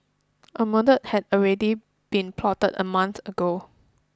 a murder had already been plotted a month ago